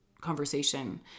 conversation